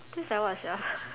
taste like what sia